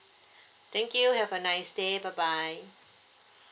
thank you have a nice day bye bye